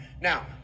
Now